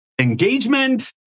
engagement